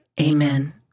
Amen